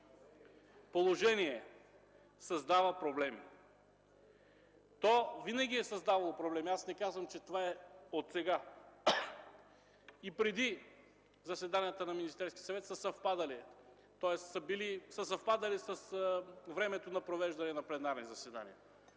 положение създава проблеми. То винаги е създавало проблеми – аз не казвам, че това е от сега. И преди заседанията на Министерския съвет са съвпадали с времето на провеждане на пленарни заседания,